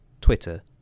Twitter